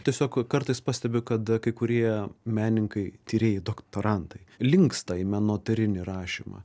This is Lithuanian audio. tiesiog kartais pastebi kad kai kurie menininkai tyrėjai doktorantai linksta į menotyrinį rašymą